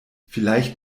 vielleicht